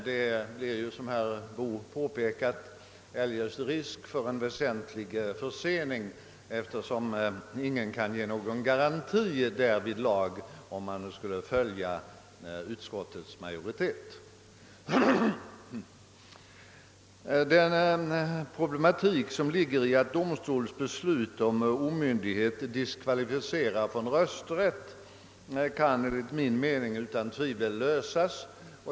Som herr Boo påpekade föreligger eljest risk för en väsentlig försening, eftersom ingen kan lämna någon garanti däremot för den händelse vi skulle följa utskottsmajoriteten. Den problematik som ligger i att domstolsbeslut om omyndighet diskvalificerar från rösträtt kan, enligt min mening, lösas.